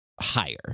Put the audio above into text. higher